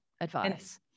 advice